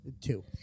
Two